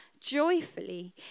joyfully